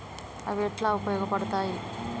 అవి ఎట్లా ఉపయోగ పడతాయి?